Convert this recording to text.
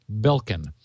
Belkin